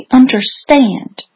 understand